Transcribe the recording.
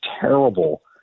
terrible